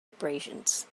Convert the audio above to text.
abrasions